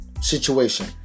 situation